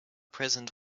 present